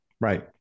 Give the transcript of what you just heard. right